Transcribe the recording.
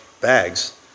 bags